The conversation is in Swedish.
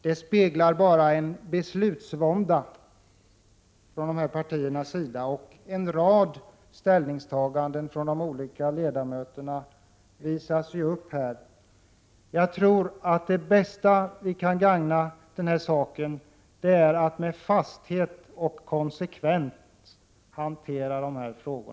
Det speglar bara en beslutsvånda inom ifrågavarande partier, när de olika ledamöterna redovisar sina ställningstaganden. Det bästa sättet att gagna saken är att riksdagen med fasthet och konsekvens hanterar dessa frågor.